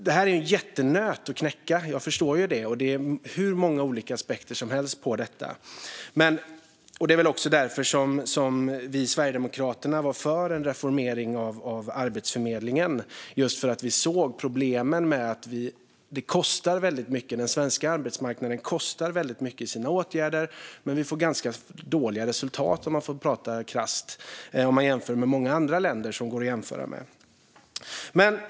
Det här är en jättenöt att knäcka; jag förstår det. Det finns hur många olika aspekter som helst på detta. Det är också därför vi i Sverigedemokraterna var för en reformering av Arbetsförmedlingen. Vi såg problemen - den svenska arbetsmarknaden kostar väldigt mycket i sina åtgärder, men resultaten är ganska dåliga, om jag prata krasst, jämfört med många jämförbara länder.